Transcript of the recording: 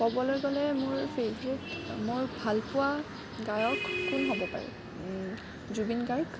ক'বলৈ গলে মোৰ ফেভৰেট মোৰ ভালপোৱা গায়ক কোন হ'ব বাৰু জুবিন গাৰ্গ